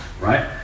right